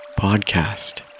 Podcast